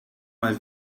mal